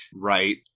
right